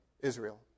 Israel